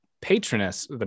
patroness